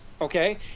okay